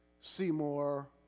Seymour